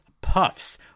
Puffs